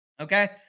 Okay